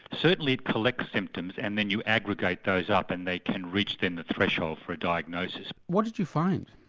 certainly it collects symptoms and then you aggregate those up and they can reach then the threshold for a diagnosis. what did you find?